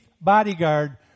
bodyguard